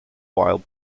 while